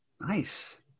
Nice